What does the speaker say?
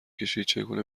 کشیدچگونه